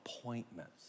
appointments